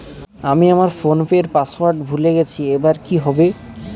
আমি আমার ফোনপের পাসওয়ার্ড ভুলে গেছি এবার কি হবে?